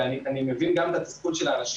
ואני מבין גם את התסכול של אנשים,